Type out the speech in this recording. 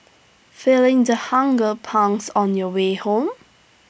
feeling the hunger pangs on your way home